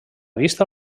vista